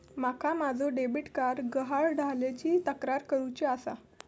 माका माझो debit card गहाळ झाल्याची तक्रार करुची आसा